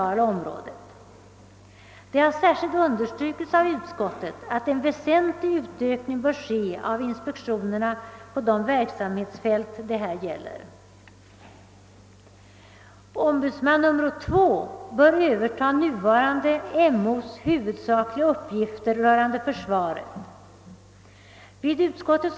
Detta var, såvitt jag förstår, en väsentlig fråga i den motion som herr Lundberg väckte på våren 1965.